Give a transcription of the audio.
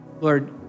Lord